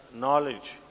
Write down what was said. knowledge